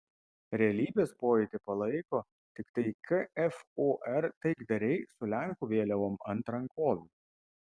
realybės pojūtį palaiko tiktai kfor taikdariai su lenkų vėliavom ant rankovių